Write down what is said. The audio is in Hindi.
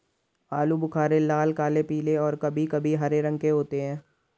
आलू बुख़ारे लाल, काले, पीले और कभी कभी हरे रंग के होते हैं